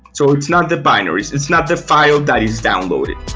so it's not the binaries. it's not the file that is downloaded.